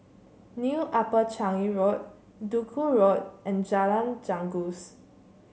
New Upper Changi Road Duku Road and Jalan Janggus